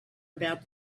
about